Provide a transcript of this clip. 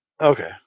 Okay